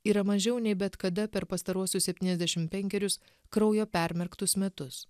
yra mažiau nei bet kada per pastaruosius septyniasdešim penkerius kraujo permerktus metus